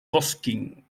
cosquín